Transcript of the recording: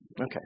Okay